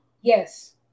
Yes